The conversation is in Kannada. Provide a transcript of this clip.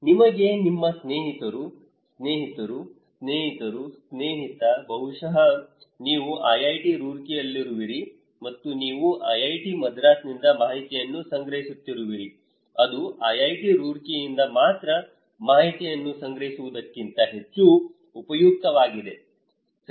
ನಿಮಗೆ ನಿಮ್ಮ ಸ್ನೇಹಿತರು ಸ್ನೇಹಿತರು ಸ್ನೇಹಿತರು ಸ್ನೇಹಿತ ಬಹುಶಃ ನೀವು IIT ರೂರ್ಕಿಯಲ್ಲಿರುವಿರಿ ಮತ್ತು ನೀವು IIT ಮದ್ರಾಸ್ನಿಂದ ಮಾಹಿತಿಯನ್ನು ಸಂಗ್ರಹಿಸುತ್ತಿರುವಿರಿ ಅದು IIT ರೂರ್ಕಿಯಿಂದ ಮಾತ್ರ ಮಾಹಿತಿಯನ್ನು ಸಂಗ್ರಹಿಸುವುದಕ್ಕಿಂತ ಹೆಚ್ಚು ಉಪಯುಕ್ತವಾಗಿದೆ ಸರಿ